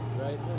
Right